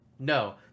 No